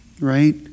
Right